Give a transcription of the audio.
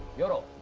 joke.